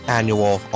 annual